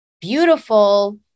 beautiful